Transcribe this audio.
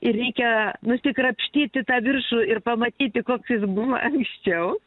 ir reikia nusikrapštyti tą viršų ir pamatyti koks jis buvo anksčiau